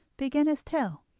began his tale.